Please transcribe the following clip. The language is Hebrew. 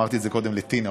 אמרתי את זה קודם לטינה,